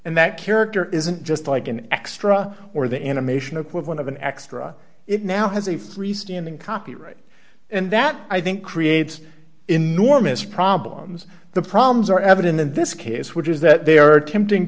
that character isn't just like an extra or the animation of one of an extra it now has a free standing copyright and that i think creates enormous problems the problems are evident in this case which is that they are attempting